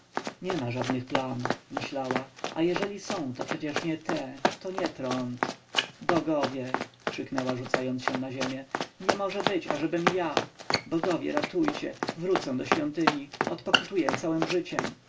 niema żadnych plam myślała a jeżeli są to przecież nie te to nie trąd bogowie krzyknęła rzucając się na ziemię nie może być ażebym ja bogowie ratujcie wrócę do świątyni odpokutuję całem życiem